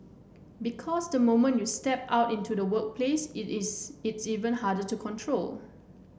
because the moment you step out into the workplace it's it's even harder to control